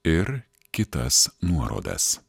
ir kitas nuorodas